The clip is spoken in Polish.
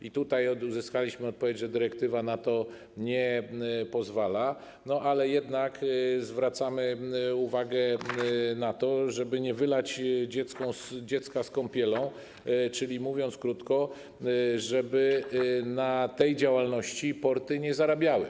I tutaj uzyskaliśmy odpowiedź, że dyrektywa na to nie pozwala, ale jednak zwracamy uwagę na to, żeby nie wylać dziecka z kąpielą, czyli mówiąc krótko, żeby na tej działalności porty nie zarabiały.